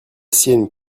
sienne